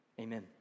amen